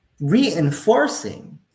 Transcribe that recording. reinforcing